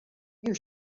you